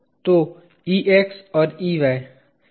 तो Ex और Ey